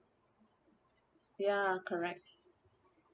ya correct